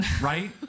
Right